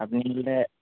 আপুনি ক'লে